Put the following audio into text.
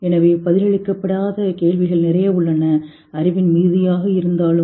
எனவே பதிலளிக்கப்படாத கேள்விகள் நிறைய உள்ளன அறிவின் மிகுதியாக இருந்தாலும்